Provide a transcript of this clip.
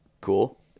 Cool